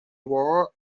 wore